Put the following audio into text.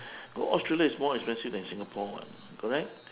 go australia is more expensive than singapore [what] correct